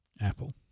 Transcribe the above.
Apple